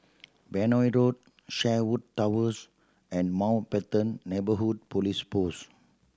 Benoi Road Sherwood Towers and Mountbatten Neighbourhood Police Post